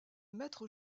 maître